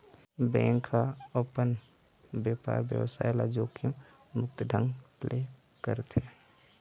bank ह अपन बेपार बेवसाय ल जोखिम मुक्त ढंग ले करथे